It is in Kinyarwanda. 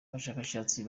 abashakashatsi